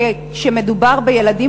כשמדובר בילדים,